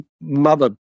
mother